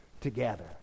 together